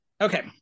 Okay